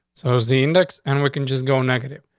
so is the index, and we can just go negative.